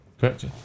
Correct